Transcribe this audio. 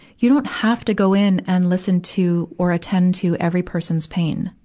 you don't have to go in and listen to or attend to every person's pain,